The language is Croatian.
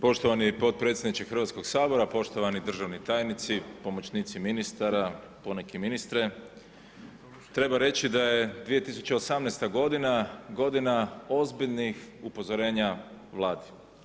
Poštovani potpredsjedniče Hrvatskoga sabora, poštovani državni tajnici, pomoćnici ministara, poneki ministre, treba reći da je 2018. godina, godina ozbiljnih upozorenja Vladi.